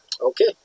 Okay